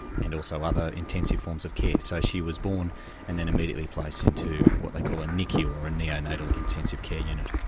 and also other intensive forms of care. so she was born and then immediately placed into what they call a nicu, or a neo-natal intensive care unit.